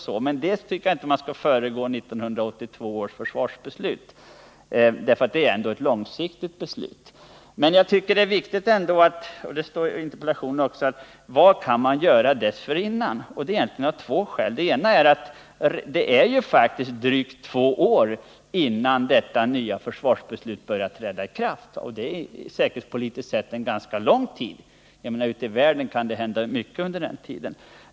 Det kan sägas att man inte skall föregripa 1982 års försvarsbeslut, som är ett långsiktigt beslut. Men jag tycker att det är viktigt — det står i interpellationen också — att vi ställer frågan vad man kan göra dessförinnan, och det är egentligen av två skäl. Det ena är att det faktiskt är drygt två år innan detta nya försvarsbeslut börjar träda i kraft. Säkerhetspolitiskt sett är det en ganska lång tid — jag menar att det kan hända mycket ute i världen under den tiden.